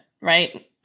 right